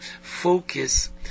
focus